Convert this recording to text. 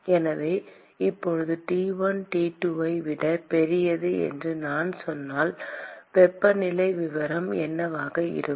எனவே இப்போது T1 T2 ஐ விட பெரியது என்று நான் சொன்னால் வெப்பநிலை விவரம் என்னவாக இருக்கும்